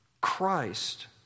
christ